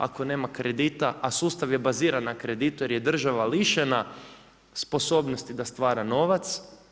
Ako nema kredita a sustav je baziran na kreditu, jer je država lišena sposobnosti da stvara novac.